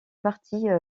partie